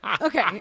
Okay